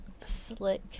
slick